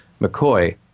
McCoy